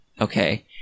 okay